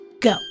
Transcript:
go